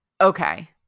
Okay